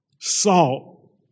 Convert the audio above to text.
salt